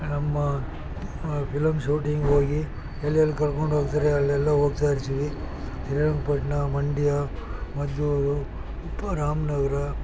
ನಮ್ಮ film shooting ಹೋಗಿ ಎಲ್ಲೆಲ್ಲಿ ಕರ್ಕೊಂಡು ಹೋಗ್ತಾರೆ ಅಲ್ಲೆಲ್ಲ ಹೋಗ್ತಾ ಇರ್ತೀವಿ ಶ್ರೀರಂಗಪಟ್ಟಣ ಮಂಡ್ಯ ಮದ್ದೂರು ಪ್ ರಾಮನಗ್ರ